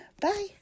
Bye